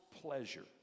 pleasure